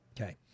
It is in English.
Okay